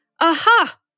Aha